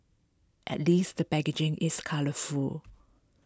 at least the packaging is colourful